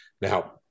Now